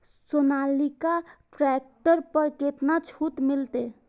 Sonalika tractor पर केतना छूट मिलते?